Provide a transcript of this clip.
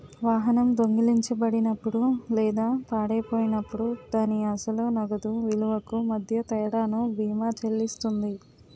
వాహనం దొంగిలించబడినప్పుడు లేదా పాడైపోయినప్పుడు దాని అసలు నగదు విలువకు మధ్య తేడాను బీమా చెల్లిస్తుంది